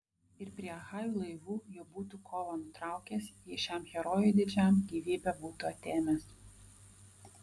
ir prie achajų laivų jau būtų kovą nutraukęs jei šiam herojui didžiam gyvybę būtų atėmęs